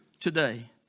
today